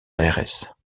aires